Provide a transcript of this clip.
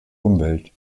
umwelt